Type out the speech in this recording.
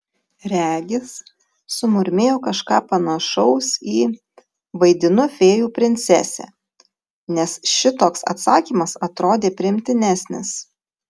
regis sumurmėjau kažką panašaus į vaidinu fėjų princesę nes šitoks atsakymas atrodė priimtinesnis